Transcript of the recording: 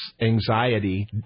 anxiety